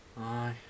Aye